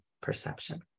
perception